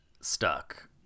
stuck